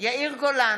יאיר גולן,